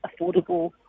affordable